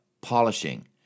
polishing